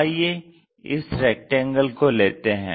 आइए इस रैक्टेंगल को लेते हैं